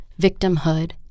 victimhood